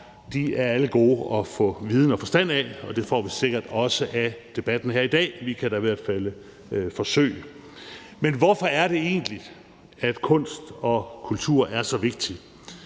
De er alle gode til at få viden og forstand af, og det får vi sikkert også af debatten her i dag. Vi kan da i hvert fald forsøge. Men hvorfor er det egentlig, at kunst og kultur er så vigtigt?